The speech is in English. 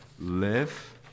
live